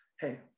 hey